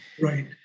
Right